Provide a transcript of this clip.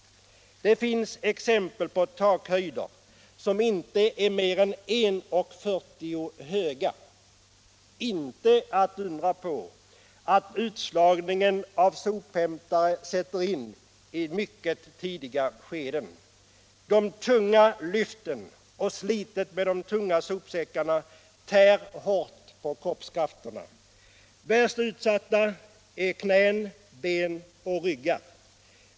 Det finns exempel på takhöjder som inte är mer än 1,40 m. Inte att undra på att utslagningen av sophämtare sätter in i mycket tidiga skeden. De tunga lyften och slitet med de tunga sopsäckarna tär hårt på kroppskrafterna. Värst utsatta är knän, ben och ryggar.